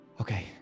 Okay